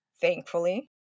thankfully